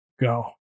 go